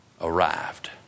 arrived